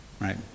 Right